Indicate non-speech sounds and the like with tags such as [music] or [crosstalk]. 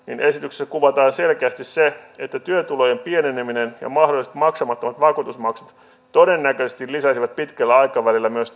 esityksessä kuvataan selkeästi se että työtulojen pieneneminen ja mahdolliset maksamattomat vakuutusmaksut todennäköisesti lisäisivät pitkällä aikavälillä myös [unintelligible]